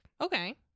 Okay